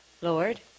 Lord